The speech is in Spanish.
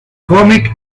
comic